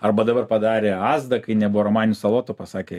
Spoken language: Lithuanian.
arba dabar padarė azda kai nebuvo romaninių salotų pasakė